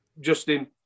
Justin